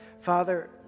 Father